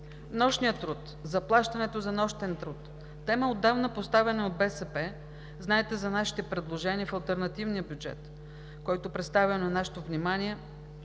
Нощният труд. Заплащането за нощен труд е тема, поставена отдавна от БСП. Знаете за нашите предложения в алтернативния бюджет, който представя на нашето внимание